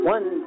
One